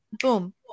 boom